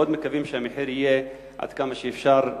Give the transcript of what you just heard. מאוד מקווים שהמחיר יהיה, עד כמה שאפשר,